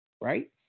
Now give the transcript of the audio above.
right